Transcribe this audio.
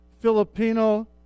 Filipino